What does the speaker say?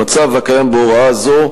המצב הקיים בהוראה זו,